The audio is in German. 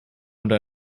oder